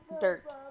dirt